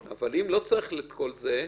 ישראל,